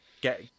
Get